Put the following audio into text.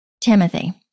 Timothy